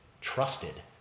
trusted